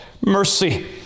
mercy